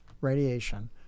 radiation